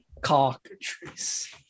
Cockatrice